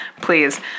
please